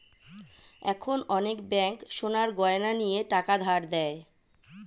এখন অনেক ব্যাঙ্ক সোনার গয়না নিয়ে টাকা ধার দেয়